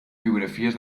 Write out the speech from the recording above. biografies